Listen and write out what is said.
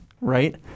right